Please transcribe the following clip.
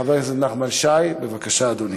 חבר הכנסת נחמן שי, בבקשה, אדוני.